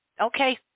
Okay